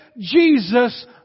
Jesus